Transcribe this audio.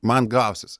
man glausis